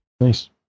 Nice